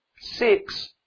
six